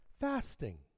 fasting